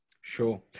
Sure